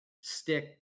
stick